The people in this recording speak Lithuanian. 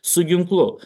su ginklu